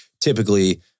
typically